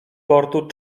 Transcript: portu